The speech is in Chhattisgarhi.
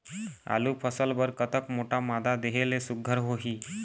आलू फसल बर कतक मोटा मादा देहे ले सुघ्घर होही?